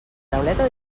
tauleta